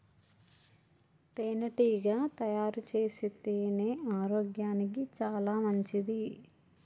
తేనెటీగ తయారుచేసే తేనె ఆరోగ్యానికి చాలా మంచిది